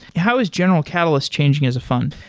how is general catalyst changing as a fund?